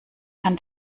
kann